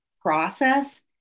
process